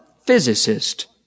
physicist